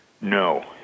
No